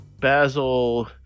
Basil